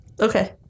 Okay